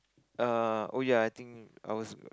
err oh ya I think I was